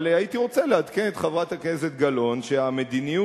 אבל הייתי רוצה לעדכן את חברת הכנסת גלאון שהמדיניות